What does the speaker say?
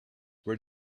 where